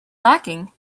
lacking